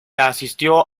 asistió